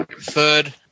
third